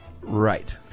Right